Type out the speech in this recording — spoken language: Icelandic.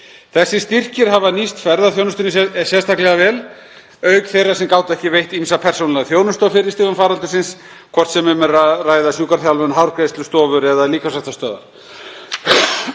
Þessir styrkir hafa nýst ferðaþjónustunni sérstaklega vel auk þeirra sem gátu ekki veitt ýmsa persónulega þjónustu á fyrri stigum faraldursins, hvort sem um er ræða sjúkraþjálfun, hárgreiðslustofur eða líkamsræktarstöðvar.